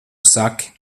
saki